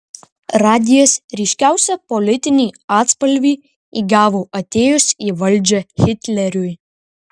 radijas ryškiausią politinį atspalvį įgavo atėjus į valdžią hitleriui